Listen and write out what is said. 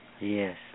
Yes